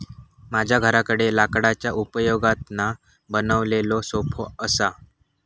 माझ्या घराकडे लाकडाच्या उपयोगातना बनवलेलो सोफो असा